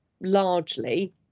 largely